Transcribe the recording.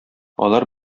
алар